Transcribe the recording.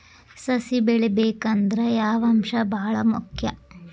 ಸಸಿ ಬೆಳಿಬೇಕಂದ್ರ ಯಾವ ಅಂಶ ಭಾಳ ಮುಖ್ಯ?